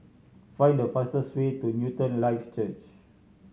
find the fastest way to Newton Life Church